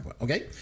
Okay